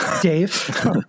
Dave